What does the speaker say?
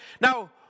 Now